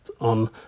on